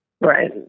Right